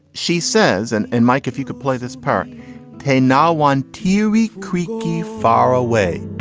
she says and and mike, if you could play this part tay now one tyrique creaky far away